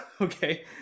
okay